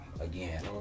again